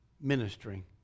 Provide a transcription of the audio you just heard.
ministering